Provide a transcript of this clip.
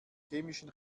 chemischen